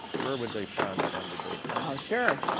where would they find that hundred day plan? oh sure,